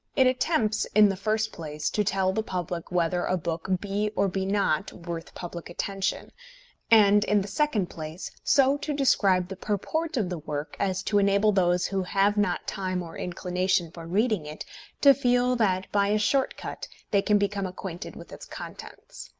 it attempts, in the first place, to tell the public whether a book be or be not worth public attention and, in the second place, so to describe the purport of the work as to enable those who have not time or inclination for reading it to feel that by a short cut they can become acquainted with its contents.